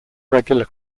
regular